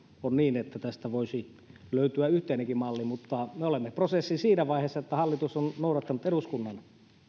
on niin että tästä voisi löytyä yhteinenkin malli mutta me olemme prosessin siinä vaiheessa että hallitus on noudattanut eduskunnan